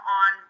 on